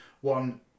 one